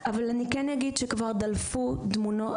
אבל אני כן אגיד שכבר דלפו תמונות,